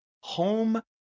home